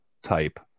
type